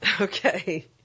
Okay